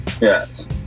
Yes